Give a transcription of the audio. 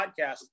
podcast